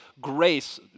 grace